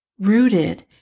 rooted